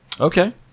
Okay